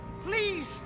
Please